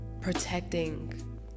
protecting